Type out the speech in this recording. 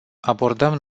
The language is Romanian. abordăm